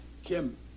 Jim